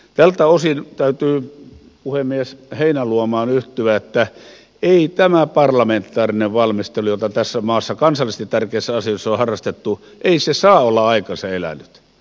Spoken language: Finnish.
tältä osin täytyy puhemies heinäluomaan yhtyä että ei tämä parlamentaarinen valmistelu jota tässä maassa kansallisesti tärkeissä asioissa on harrastettu saa olla aikansa elänyt